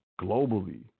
globally